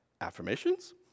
Affirmations